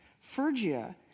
Phrygia